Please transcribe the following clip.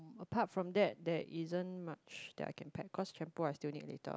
apart from that there isn't much that I can pack cause shampoo I still need later